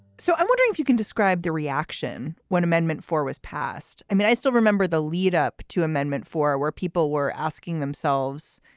so i'm wondering if you can describe the reaction when amendment four was passed. passed. i mean, i still remember the lead up to amendment four where people were asking themselves,